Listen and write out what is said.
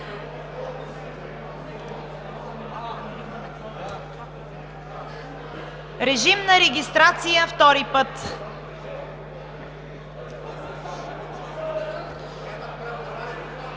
Режим на регистрация втори път.